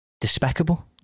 despicable